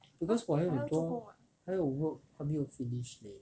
because 我还有很多还有 work 还没有 finish leh